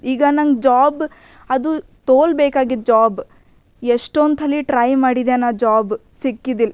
ಈಗ ನಂಗೆ ಜಾಬ್ ಅದು ತೋಲ್ ಬೇಕಾಗಿದ್ದ ಜಾಬ್ ಎಷ್ಟೊಂದು ಥಲಿ ಟ್ರೈ ಮಾಡಿದ್ದೆ ನಾ ಜಾಬ್ ಸಿಕ್ಕಿದಿಲ್ಲ